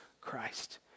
Christ